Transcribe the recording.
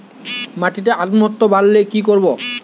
মাটিতে অম্লত্ব বাড়লে কি করব?